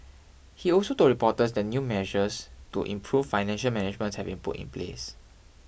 he also told reporters that new measures to improve financial managements have been put in place